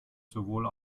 sowohl